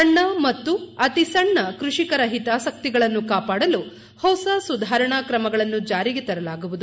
ಸಣ್ಣ ಮತ್ತು ಅತಿಸಣ್ಣ ಕೃಷಿಕರ ಹಿತಾಸಕ್ತಿಗಳನ್ನು ಕಾಪಾಡಲು ಹೊಸ ಸುಧಾರಣಾ ಕ್ರಮಗಳನ್ನು ಜಾರಿಗೆ ತರಲಾಗುವುದು